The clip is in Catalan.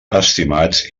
estimats